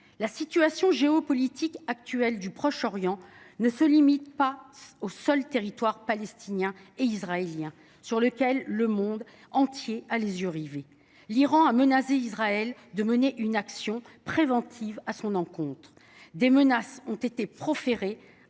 La situation géopolitique actuelle du Proche Orient ne se limite pas aux territoires palestiniens et israéliens, sur lesquels le monde entier a les yeux rivés. L’Iran a menacé de mener une action préventive contre Israël. Des menaces ont également été proférées